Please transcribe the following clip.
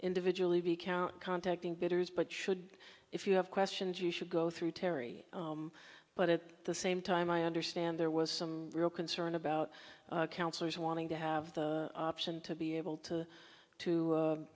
individually be count contacting bitters but should if you have questions you should go through terri but at the same time i understand there was some real concern about counselors wanting to have the option to be able to